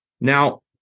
Now